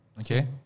okay